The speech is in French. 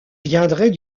viendrait